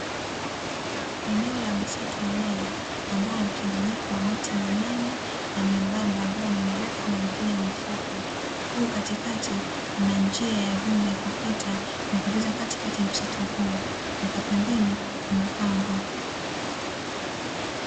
Eneo la msitu mnene ambao una mchanganyiko wa miti minene na membamba, ambayo ni mirefu na mingine ni mifupi huku katikati kuna njia ya vumbi ya kupita katikati ya msitu huo, na pembeni kuna pango.